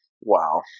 Wow